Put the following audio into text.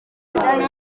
n’umunani